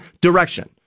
direction